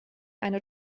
eine